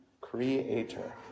Creator